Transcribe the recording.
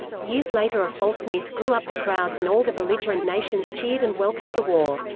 years later a false myth grew up the crowds and all the belligerent nations cheered and welcomed the war.